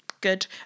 good